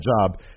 job